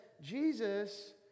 Jesus